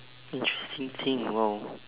interesting thing !wow!